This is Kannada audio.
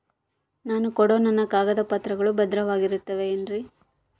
ನಾನು ಕೊಡೋ ನನ್ನ ಕಾಗದ ಪತ್ರಗಳು ಭದ್ರವಾಗಿರುತ್ತವೆ ಏನ್ರಿ?